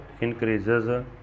increases